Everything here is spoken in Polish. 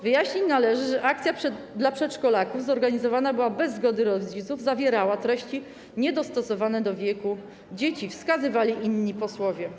Wyjaśnić należy, że akcja dla przedszkolaków zorganizowana była bez zgody rodziców, zawierała treści niedostosowane do wieku dzieci - wskazywali inni posłowie.